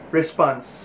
response